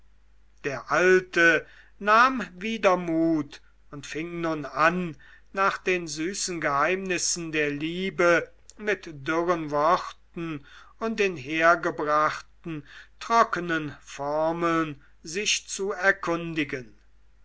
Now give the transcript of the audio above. der alte nahm wieder mut und fing nun an nach den süßen geheimnissen der liebe mit dürren worten und in hergebrachten trockenen formeln sich zu erkundigen